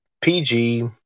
PG